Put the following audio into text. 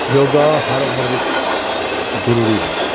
ਯੋਗਾ ਹਰ ਉਮਰ ਵਿੱਚ ਜ਼ਰੂਰੀ ਹੈ